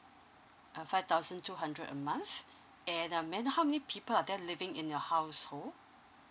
uh five thousand two hundred a month and uh may I know how many people are there living in your household